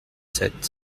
sept